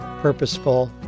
purposeful